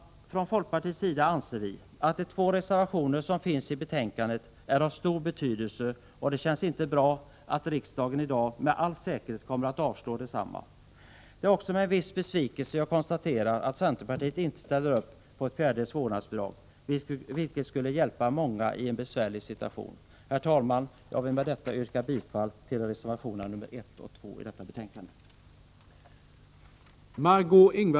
Från folkpartiets sida anser vi, att de två reservationer som finns i betänkandet är av stor betydelse, och det känns inte bra att riksdagen i dag med all säkerhet kommer att avslå desamma. Det är också med en viss besvikelse jag konstaterar att centerpartiet inte ställer upp på ett fjärdedels vårdnadsbidrag, vilket skulle hjälpa många i en besvärlig situation. Jag vill med detta yrka bifall till reservationerna nr 1 och 2.